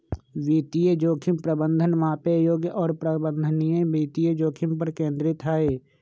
वित्तीय जोखिम प्रबंधन मापे योग्य और प्रबंधनीय वित्तीय जोखिम पर केंद्रित हई